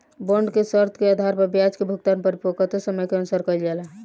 bond के शर्त के आधार पर ब्याज के भुगतान परिपक्वता समय के अनुसार कईल जाला